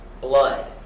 blood